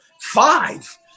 Five